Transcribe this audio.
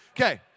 okay